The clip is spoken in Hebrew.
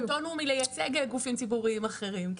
אנחנו קטונו מלייצג גופים ציבוריים אחרים.